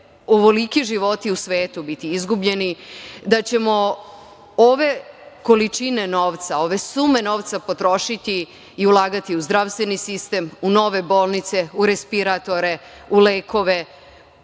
ovoliki životi u svetu biti izgubljeni, da ćemo ove količine novca, ove sume novca potrošiti i ulagati u zdravstveni sistem, u nove bolnice, u respiratore, u lekove,